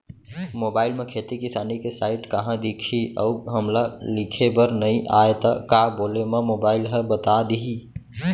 Mobile म खेती किसानी के साइट कहाँ दिखही अऊ हमला लिखेबर नई आय त का बोले म मोबाइल ह बता दिही?